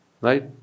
Right